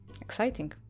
Exciting